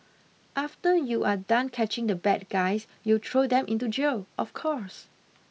after you are done catching the bad guys you throw them into jail of course